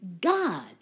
God